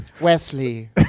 Wesley